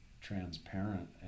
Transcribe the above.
transparent